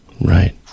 Right